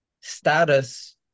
status